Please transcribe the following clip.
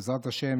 בעזרת השם.